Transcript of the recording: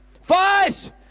Fight